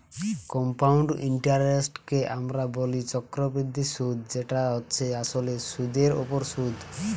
compound ইন্টারেস্টকে আমরা বলি চক্রবৃদ্ধি সুধ যেটা হচ্ছে আসলে সুধের ওপর সুধ